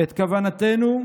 את כוונתנו,